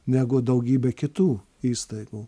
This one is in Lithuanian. negu daugybė kitų įstaigų